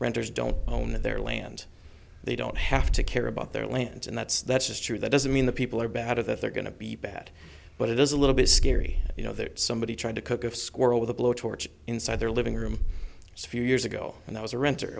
renters don't own their land they don't have to care about their lands and that's that's just true that doesn't mean the people are bad or that they're going to be bad but it is a little bit scary you know that somebody tried to cook of squirrel with a blowtorch inside their living room a few years ago when i was a rent